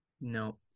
No